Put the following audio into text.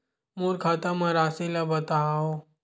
मोर खाता म राशि ल बताओ?